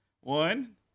One